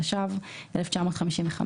התשט"ו-1955 ;